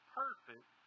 perfect